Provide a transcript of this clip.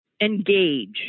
engage